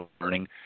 learning